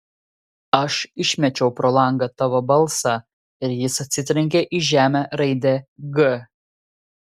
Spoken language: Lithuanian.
aš išmečiau pro langą tavo balsą ir jis atsitrenkė į žemę raide g